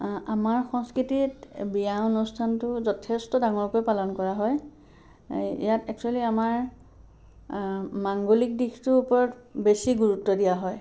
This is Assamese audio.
আমাৰ সংস্কৃতিত বিয়া অনুষ্ঠানটো যথেষ্ট ডাঙৰকৈ পালন কৰা হয় ইয়াত একচ্যুৱেলি আমাৰ মাংগলিক দিশটোৰ ওপৰত বেছি গুৰুত্ব দিয়া হয়